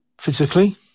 physically